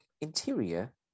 Interior